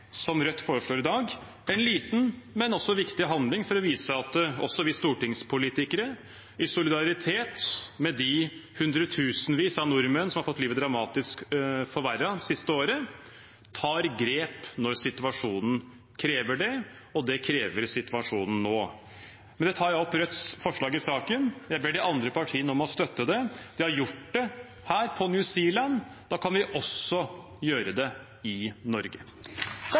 som Rødt foreslår i dag, med en liten, men også viktig handling for å vise at også vi stortingspolitikere, i solidaritet med de hundretusenvis av nordmenn som har fått livet dramatisk forverret det siste året, tar grep når situasjonen krever det. Og det krever situasjonen nå. Med det tar jeg opp Rødts forslag i saken. Jeg ber de andre partiene om å støtte det. De har gjort dette på New Zealand. Da kan vi også gjøre det i Norge.